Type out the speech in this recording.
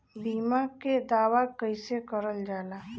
बीमा के दावा कैसे करल जाला?